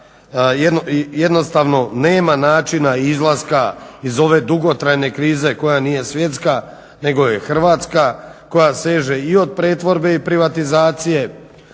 jednostavno nema načina izlaska iz ove dugotrajne krize koja nije svjetska nego je Hrvatska, koja seže i od pretvorbe i privatizacije,